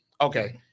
okay